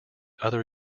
other